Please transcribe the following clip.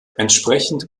entsprechend